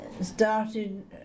started